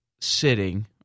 sitting